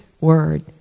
word